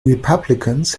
republicans